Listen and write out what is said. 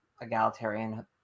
egalitarian